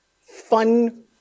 fun